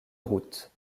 route